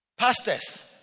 Pastors